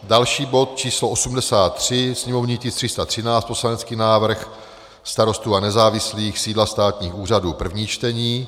Další bod, č. 83, sněmovní tisk 313, poslanecký návrh Starostů a nezávislých sídla státních úřadů, první čtení.